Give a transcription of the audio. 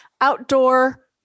outdoor